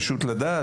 פשוט לדעת